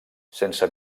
sense